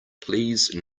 please